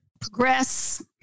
progress